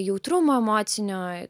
jautrumo emocinio